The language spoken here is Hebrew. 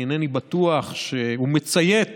אני אינני בטוח שהוא מציית